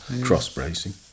cross-bracing